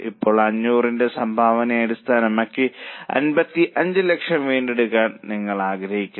ഇപ്പോൾ 500 ന്റെ സംഭാവനയെ അടിസ്ഥാനമാക്കി 55 ലക്ഷം വീണ്ടെടുക്കാൻ നിങ്ങൾ ആഗ്രഹിക്കുന്നു